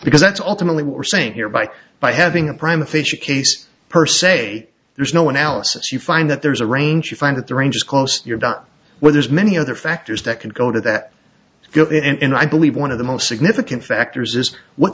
because that's alternately what we're saying here by by having a prime official case per se there's no analysis you find that there's a range you find that the range is close you're not where there's many other factors that can go to that go in i believe one of the most significant factors is what